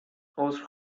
عذر